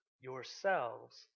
yourselves